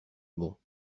bon